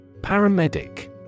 Paramedic